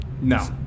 No